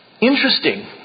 interesting